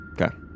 Okay